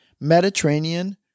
Mediterranean